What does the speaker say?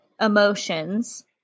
emotions